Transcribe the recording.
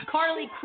Carly